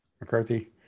McCarthy